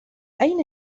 أين